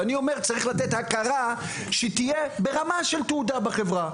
ואני אומר צריך לתת הכרה שהיא תהיה ברמה של תעודה בחברה.